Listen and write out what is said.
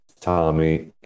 Tommy